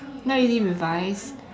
not really revise